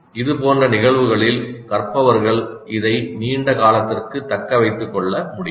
இது போன்ற நிகழ்வுகளில் கற்பவர்கள் இதை நீண்ட காலத்திற்கு தக்க வைத்துக் கொள்ள முடியும்